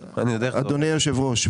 אדוני יושב הראש,